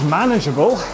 manageable